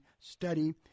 study